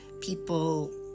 People